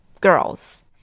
girls